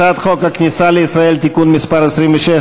הצעת חוק הכניסה לישראל (תיקון מס' 26),